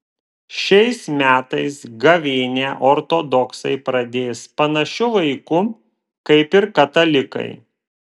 šiais metais gavėnią ortodoksai pradės panašiu laiku kaip ir katalikai